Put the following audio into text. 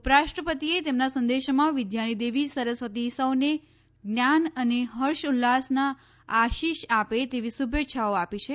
ઉપરાષ્ટ્રપતિએ તેમના સંદેશામાં વિદ્યાની દેવી સરસ્વતી સૌને જ્ઞાન અને હર્ષ ઉલ્લાસના આશિષ આપે તેવી શુભેચ્છાઓ આપી છે